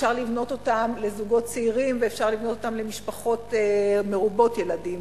אפשר לבנות אותם לזוגות צעירים ואפשר לבנות אותם למשפחות מרובות ילדים,